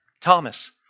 Thomas